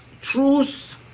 truth